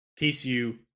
TCU